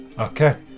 Okay